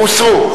הוסרו.